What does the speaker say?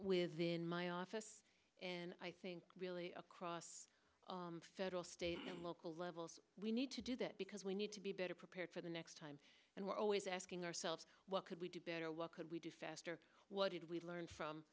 within my office and i think really across all state and local levels we need to do that because we need to be better prepared for the next time and we're always asking ourselves what could we do better what could we do faster what did we learn